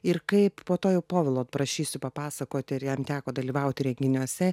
ir kaip po to jau povilo prašysiu papasakoti ar jam teko dalyvauti renginiuose